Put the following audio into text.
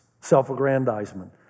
self-aggrandizement